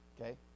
Okay